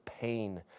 pain